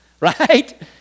Right